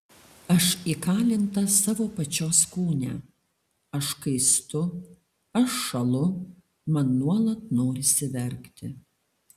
aš įkalinta savo pačios kūne aš kaistu aš šąlu man nuolat norisi verkti